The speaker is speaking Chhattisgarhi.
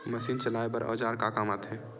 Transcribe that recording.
मशीन चलाए बर औजार का काम आथे?